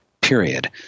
period